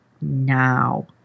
now